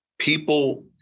People